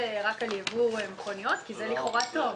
--- רק על יבוא מכוניות, כי זה לכאורה טוב.